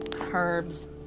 herbs